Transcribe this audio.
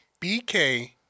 BK